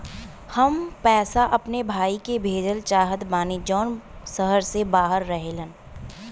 हम पैसा अपने भाई के भेजल चाहत बानी जौन शहर से बाहर रहेलन